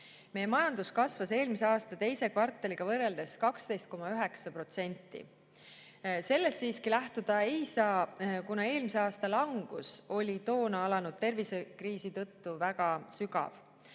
Meie majandus kasvas eelmise aasta teise kvartaliga võrreldes 12,9%. Sellest siiski lähtuda ei saa, kuna eelmise aasta langus oli toona alanud tervisekriisi tõttu väga sügav.